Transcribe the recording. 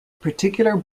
particular